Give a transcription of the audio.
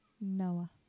Noah